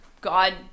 God